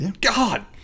god